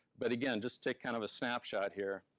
but again, just take kind of a snapshot here.